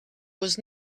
was